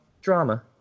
drama